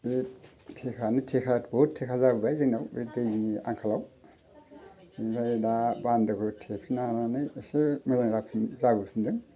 बै थेखायानो थेखा बहुत थेखा जाबोबाय जोंनाव बे दैनि आंखालाव बेनिफ्राय दा बान्दोखौ थेफिनना लानानै एसे मोजां जाबोफिनदों